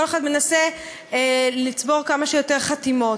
כל אחד מנסה לצבור כמה שיותר חתימות.